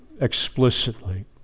explicitly